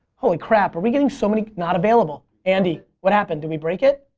holy crap are we getting so many, not available. andy what happened did we break it?